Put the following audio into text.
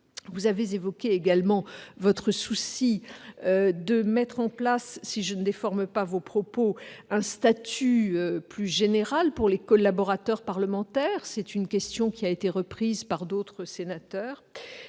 souhaite également que soit mis en place, si je ne déforme pas ses propos, un statut plus général pour les collaborateurs parlementaires. C'est une question qui a été reprise également par d'autres sénateurs.